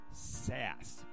Sass